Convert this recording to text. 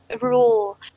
rule